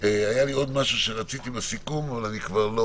היה לי עוד משהו שרציתי בסיכום אבל אני כבר לא